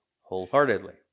wholeheartedly